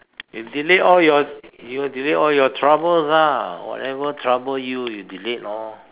if delete all your you delete all your troubles ah whatever troubles you you delete lor